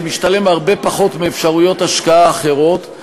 זה משתלם הרבה פחות מאפשרויות השקעה אחרות,